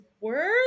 Words